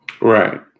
Right